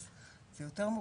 אז זה יותר מורכב.